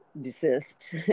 desist